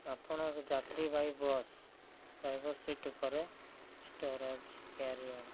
ଆପଣ ଏକ ଯାତ୍ରୀବାହି ବସ୍ ଡ୍ରାଇଭର୍ ସିଟ୍ ଉପରେ ଷ୍ଟୋରେଜ୍ କ୍ୟାରିଅର୍